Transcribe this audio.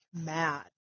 mad